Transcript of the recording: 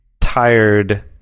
tired